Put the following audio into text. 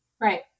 right